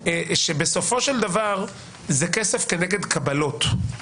בסופו של דבר זה כסף כנגד קבלות.